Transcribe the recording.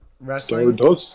wrestling